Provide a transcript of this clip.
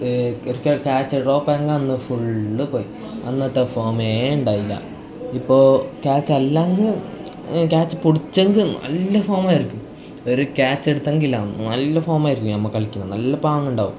cricket catch drop എങ്ങാനും full പോയി അന്നത്തെ ഫോമേ ഉണ്ടാവില്ല ഇപ്പോൾ ക്യാച്ച് അല്ലെങ്കിൽ ക്യാച്ച് പിടിച്ചെങ്കിൽ നല്ല ഫോം ആയിരിക്കും ഒരു ക്യാച്ച് എടുത്തെങ്കിൽ ആണ് നല്ല ഫോം ആയിരിക്കും നമ്മൾ കളിക്കുന്നത് നല്ല പാങ്ങുണ്ടാവും